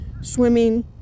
swimming